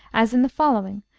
as in the following,